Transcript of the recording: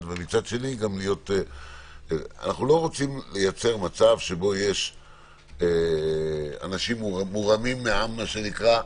אנחנו לא רוצים להיות במצב שבו יש אנשים מורמים מעם,